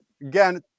Again